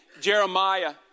Jeremiah